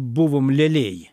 buvom lėlėj